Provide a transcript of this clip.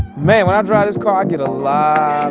man, when i drive this car, i get a lot